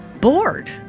bored